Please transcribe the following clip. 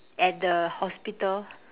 at the hospital